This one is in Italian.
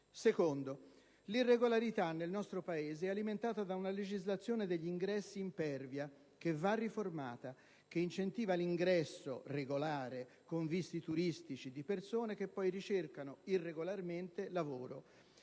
Secondo. L'irregolarità, nel nostro Paese, è alimentata da una legislazione degli ingressi impervia - che va riformata - che incentiva l'ingresso regolare con visti turistici di persone che poi ricercano irregolarmente lavoro.